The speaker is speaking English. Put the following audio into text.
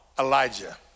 Elijah